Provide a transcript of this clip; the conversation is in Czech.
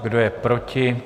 Kdo je proti?